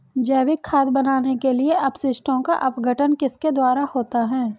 जैविक खाद बनाने के लिए अपशिष्टों का अपघटन किसके द्वारा होता है?